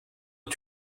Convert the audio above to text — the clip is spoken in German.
und